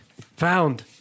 Found